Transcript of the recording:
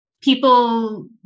people